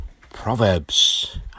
Proverbs